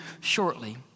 shortly